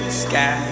sky